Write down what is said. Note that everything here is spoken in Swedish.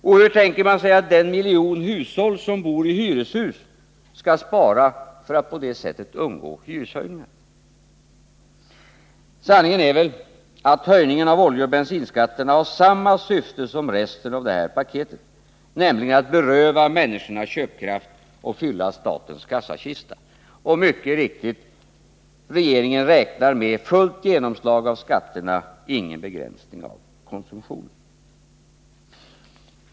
Och hur tänker man sig att den miljon hushåll som bor i hyreshus skall kunna spara för att på det sättet undgå hyreshöjningar? Sanningen är väl att höjningen av oljeoch bensinskatterna har samma syfte som resten av det här paketet, nämligen att beröva människorna köpkraft och fylla statens kassakista. Och mycket riktigt: regeringen räknar med fullt genomslag av skatterna och ingen begränsning av konsumtionen.